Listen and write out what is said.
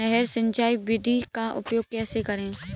नहर सिंचाई विधि का उपयोग कैसे करें?